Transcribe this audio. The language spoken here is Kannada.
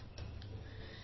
5V1 V2j4 ಅಥವಾ V11j1